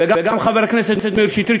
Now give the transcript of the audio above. וגם חבר הכנסת מאיר שטרית,